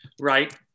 right